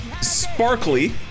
sparkly